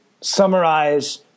summarize